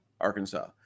Arkansas